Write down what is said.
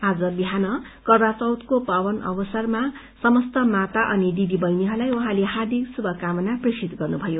आज बिहान करवा चौथको पावन अवसरमा समस्त आमा अनि दिदी बहिनीहरूलाई उहाँले हार्दिक शुभकामना प्रेषित गर्नुभयो